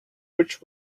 which